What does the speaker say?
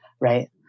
right